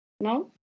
No